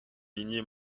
lignée